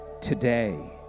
today